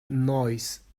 noise